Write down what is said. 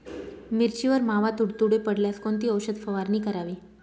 मिरचीवर मावा, तुडतुडे पडल्यास कोणती औषध फवारणी करावी?